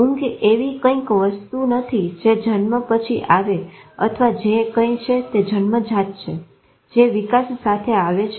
ઊંઘ એવી કંઈક વસ્તુ નથી જે જન્મ પછી આવે અથવા જે કંઈ છે તે જન્મજાત છે જે વિકાસ સાથે આવે છે